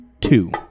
Two